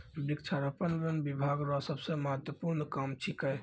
वृक्षारोपण वन बिभाग रो सबसे महत्वपूर्ण काम छिकै